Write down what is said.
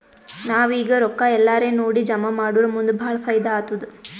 ನಾವ್ ಈಗ್ ರೊಕ್ಕಾ ಎಲ್ಲಾರೇ ನೋಡಿ ಜಮಾ ಮಾಡುರ್ ಮುಂದ್ ಭಾಳ ಫೈದಾ ಆತ್ತುದ್